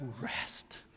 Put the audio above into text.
Rest